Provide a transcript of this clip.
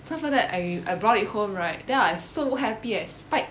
so for that I I brought it home right then I so happy eh spike